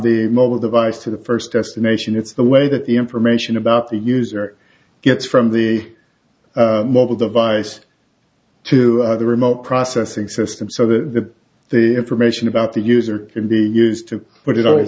the mobile device to the first destination it's the way that the information about the user gets from the mobile device to the remote processing system so that the information about the user can be used to but it